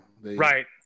right